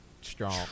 strong